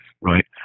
right